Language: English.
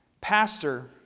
Pastor